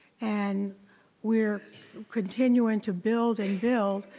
and we're continuing to build and build.